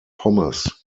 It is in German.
pommes